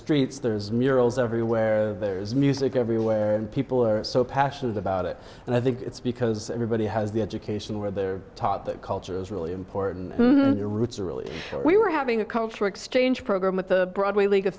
there's murals everywhere there's music everywhere and people are so passionate about it and i think it's because everybody has the education where they're taught that culture is really important and the roots are really we were having a cultural exchange program with the broadway league of